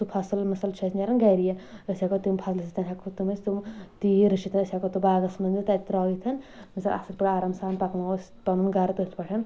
سُہ فصٕل مثال چھُ اَسہِ نیٚران گری أسی ہیکَو تَمہِ فِصلہٕ سۭتۍ ہٮ۪کو تِم أسۍ تِم تیٖر رٔچھِتھ حظ أسۍ ہٮ۪کو تِم باغس منٛز نِتھ تَتہِ ترٲوِتھ مثال اَصٕل پٲٹھۍ آرام سان پَکناوو أسۍ پَنُن گرٕ تیٚتھ پٮ۪ٹھ